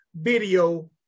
video